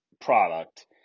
product